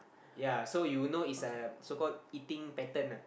ya so you will know is um so called eating pattern ah